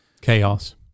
chaos